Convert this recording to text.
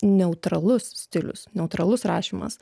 neutralus stilius neutralus rašymas